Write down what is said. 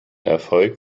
erfolg